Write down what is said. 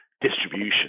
distribution